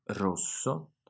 rosso